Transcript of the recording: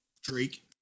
Drake